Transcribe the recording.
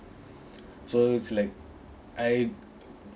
so it's like I